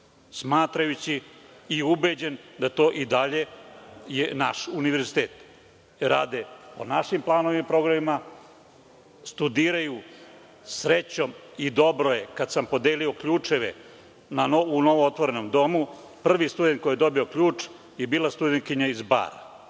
smatrajući i ubeđen sam da je to i dalje naš univerzitet. Rade po našim planovima i programima. Srećom i dobro je, kad sam podelio ključeve u novo otvorenom domu, prvi student koji je dobio ključ je bila studentkinja iz Bara,